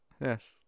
Yes